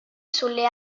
sulle